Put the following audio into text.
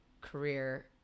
career